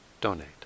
donate